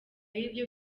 yibyo